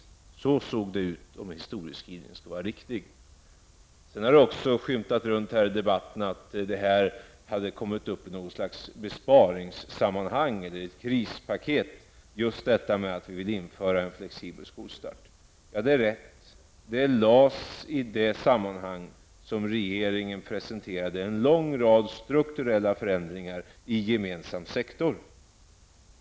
Så såg det ut, om historiebeskrivningen skall vara riktig. Det har också i debatten sagts att förslaget om flexibel skolstart har kommit upp i ett besparingssammanhang eller ett krispaket. Det är riktigt. Förslaget lades fram i ett sammanhang där regeringen presenterade en lång rad strukturella förändringar i gemensam sektor.